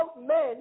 men